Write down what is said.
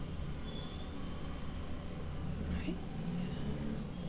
ಕಾಗದಾನ ಮರದ ಪುಡಿ ಇಂದ ತಯಾರ ಮಾಡ್ತಾರ ನಾವ ಬ್ಯಾರೆ ದೇಶದಿಂದ ತರಸ್ಕೊತಾರ